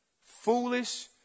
Foolish